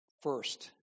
First